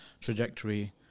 trajectory